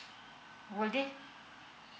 would they